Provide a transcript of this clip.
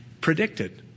predicted